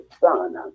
son